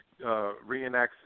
reenacts